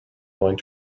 going